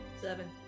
Seven